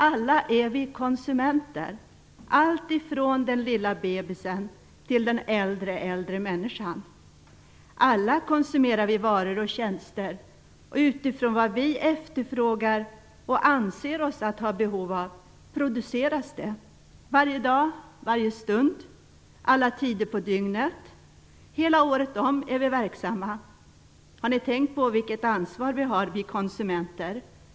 Alla är vi konsumenter - alltifrån den lilla bebisen till den äldre, äldre människan. Alla konsumerar vi varor och tjänster. Utifrån vad vi efterfrågar och anser oss ha behov av produceras det. Varje dag, varje stund, alla tider på dygnet och hela året om är vi verksamma. Har ni tänkt på vilket ansvar vi konsumenter har?